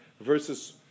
versus